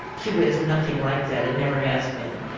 cuba is nothing like that, and never has been.